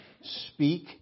Speak